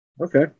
Okay